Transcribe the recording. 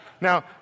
Now